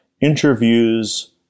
interviews